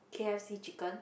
k_f_c chicken